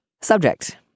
Subject